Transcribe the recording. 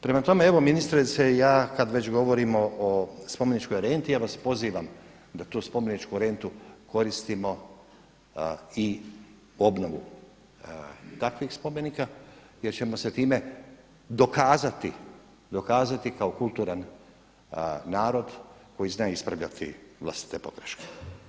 Prema tome, evo ministrice ja već kad govorimo o spomeničkoj renti ja vas pozivam da tu spomeničku rentu koristimo i obnovu takvih spomenika jer ćemo se time dokazati kao kulturan narod koji zna ispravljati vlastite pogreške.